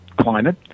climate